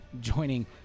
joining